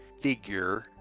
figure